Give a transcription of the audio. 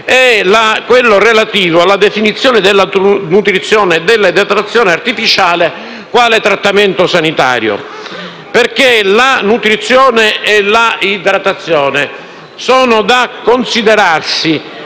è quello relativo alla definizione della nutrizione e della idratazione artificiali quali trattamento sanitario, perché la nutrizione e l'idratazione non sono